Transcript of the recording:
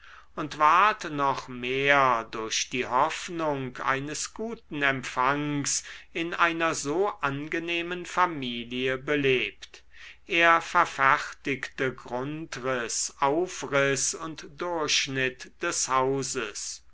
und ward noch mehr durch die hoffnung eines guten empfangs in einer so angenehmen familie belebt er verfertigte grundriß aufriß und durchschnitt des hauses